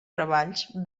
treballs